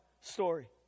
story